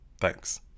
Thanks